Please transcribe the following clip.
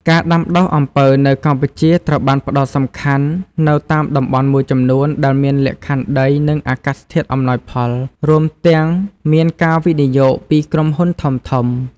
ការដាំដុះអំពៅនៅកម្ពុជាត្រូវបានផ្តោតសំខាន់នៅតាមតំបន់មួយចំនួន ដែលមានលក្ខខណ្ឌដី និងអាកាសធាតុអំណោយផល រួមទាំងមានការវិនិយោគពីក្រុមហ៊ុនធំៗ។